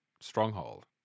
stronghold